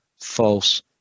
false